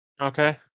Okay